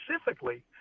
specifically